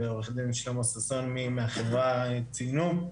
ועו"ד שלמה ששון מהחברה ציינו,